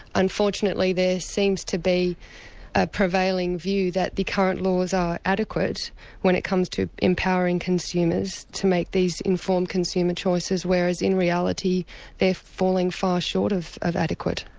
unfortunately, there seems to be a prevailing view that the current laws are adequate when it comes to empowering consumers to make these informed consumer choices, whereas in reality they're falling far short of of adequate.